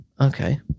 Okay